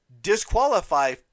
disqualify